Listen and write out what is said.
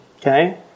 Okay